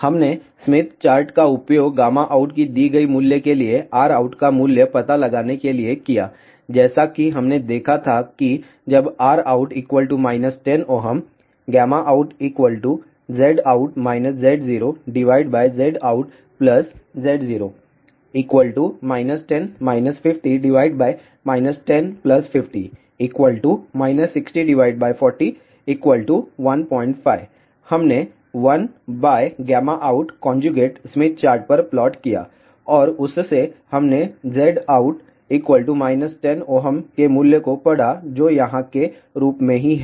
हमने Smith chart का उपयोग गामा आउट की दी गई मूल्य के लिए Rout का मूल्य पता लगाने के लिए किया जैसा कि हमने देखा था कि जब Rout 10 Ω outZout ZoZoutZo 10 50 1050 604015 हमने 1outस्मिथ चार्ट पर प्लॉट किया और उस से हमने Zout 10 Ω के मूल्य को पढ़ा जो यहाँ के रूप में ही है